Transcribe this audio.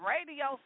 Radio